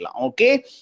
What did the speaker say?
Okay